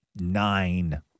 nine